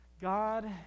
God